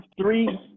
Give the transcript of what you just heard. Three